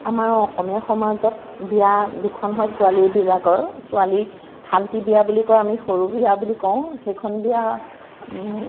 আমাৰ অসমীয়া সমাজত বিয়া দুখন হয় ছোৱালীবিলাকৰ ছোৱালী শান্তি বিয়া বুলি কয় আমি সৰু বিয়া বুলি কওঁ সেইখন বিয়া